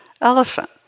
elephant